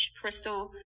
Crystal